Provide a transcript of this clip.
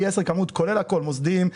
כולל הכול: מוסדיים,